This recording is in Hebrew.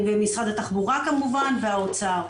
במשרד התחבורה כמובן והאוצר.